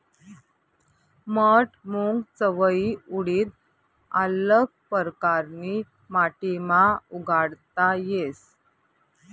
मठ, मूंग, चवयी, उडीद आल्लग परकारनी माटीमा उगाडता येस